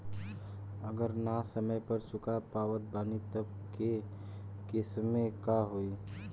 अगर ना समय पर चुका पावत बानी तब के केसमे का होई?